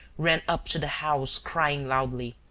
ran up to the house crying loudly,